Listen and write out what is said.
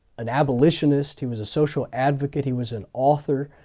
an abolitionist, he was a social advocate, he was an author.